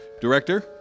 director